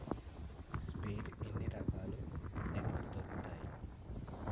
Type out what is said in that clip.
Sprayer ఎన్ని రకాలు? ఎక్కడ దొరుకుతాయి?